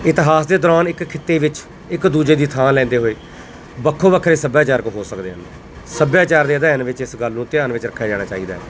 ਇਤਿਹਾਸ ਦੇ ਦੌਰਾਨ ਇੱਕ ਖਿੱਤੇ ਵਿੱਚ ਇੱਕ ਦੂਜੇ ਦੀ ਥਾਂ ਲੈਂਦੇ ਹੋਏ ਵੱਖੋ ਵੱਖਰੇ ਸੱਭਿਆਚਾਰ ਹੋ ਸਕਦੇ ਹਨ ਸੱਭਿਆਚਾਰ ਦੇ ਅਧਿਐਨ ਵਿੱਚ ਇਸ ਗੱਲ ਨੂੰ ਧਿਆਨ ਵਿੱਚ ਰੱਖਿਆ ਜਾਣਾ ਚਾਹੀਦਾ ਹੈ